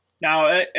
Now